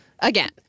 Again